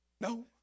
No